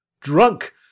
drunk